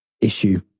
issue